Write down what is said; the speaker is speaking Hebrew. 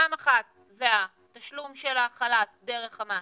פעם אחת זה התשלום של החל"ת דרך המעסיק,